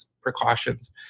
precautions